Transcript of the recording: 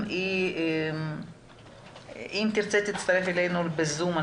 אם היא תרצה להצטרף אלינו בזום,